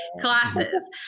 classes